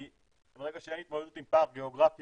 כי ברגע שאין התמודדות עם פער גיאוגרפי